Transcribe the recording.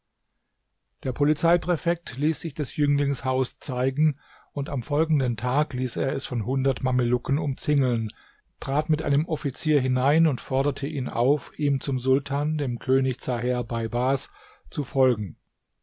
der polizeipräfekt ließ sich des jünglings haus zeigen und am folgenden tag ließ er es von hundert mamelucken umzingeln trat mit einem offizier hinein und forderte ihn auf ihm zum sultan dem könig zaher beibars zu folgen